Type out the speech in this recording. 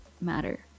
matter